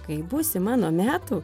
kai būsi mano metų